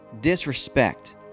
Disrespect